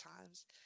times